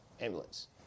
ambulance